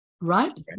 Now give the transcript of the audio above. right